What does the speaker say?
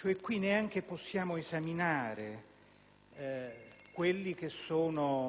non possiamo esaminare quel che è